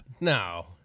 No